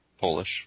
Polish